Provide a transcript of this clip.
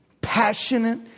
passionate